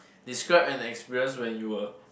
describe an experience when you were